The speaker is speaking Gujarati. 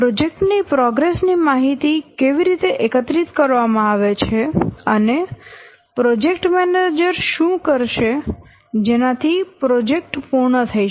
પ્રોજેક્ટ ની પ્રોગ્રેસ ની માહિતી કેવી રીતે એકત્રિત કરવામાં આવે છે અને પ્રોજેક્ટ મેનેજર શું કરશે જેનાથી પ્રોજેક્ટ પૂર્ણ થઈ શકે